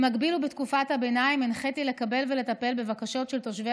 במקביל ובתקופת הביניים הנחיתי לקבל ולטפל בבקשות של תושבי